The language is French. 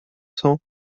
cents